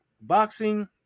boxing